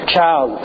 Child